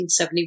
1971